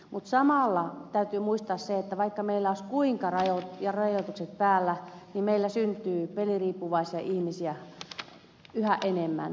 mutta samalla täytyy muistaa se että vaikka meillä kuinka olisivat rajoitukset päällä meillä syntyy peliriippuvaisia ihmisiä yhä enemmän